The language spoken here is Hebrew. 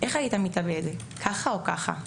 איך היית מתאבד, ככה או ככה?